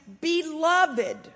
beloved